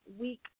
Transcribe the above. week